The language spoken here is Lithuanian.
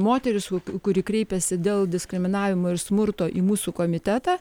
moteris kuri kreipėsi dėl diskriminavimo ir smurto į mūsų komitetą